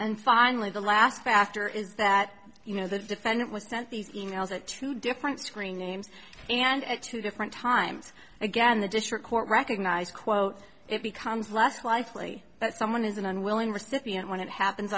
and finally the last factor is that you know the defendant was sent these e mails at two different screen names and at two different times again the district court recognized quote it becomes less likely that someone is an unwilling recipient when it happens